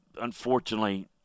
Unfortunately